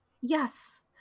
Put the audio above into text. Yes